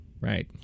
right